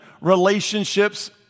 relationships